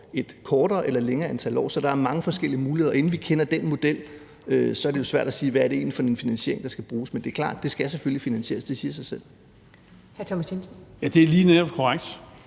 et kortere eller længere antal år? Så der er mange forskellige muligheder, og inden vi kender den model, er det jo svært at sige, hvad det egentlig er for en finansiering, der skal bruges. Men det er klart, at det selvfølgelig skal finansieres – det siger sig selv. Kl. 19:10 Første næstformand